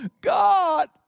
God